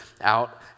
out